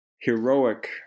heroic